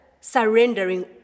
surrendering